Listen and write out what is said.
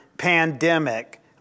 pandemic